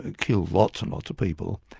ah kill lots and lots of people